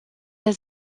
der